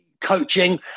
coaching